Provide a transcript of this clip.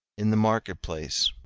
in the market-place,